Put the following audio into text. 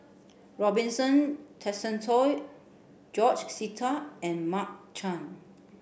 Robinson Tessensohn George Sita and Mark Chan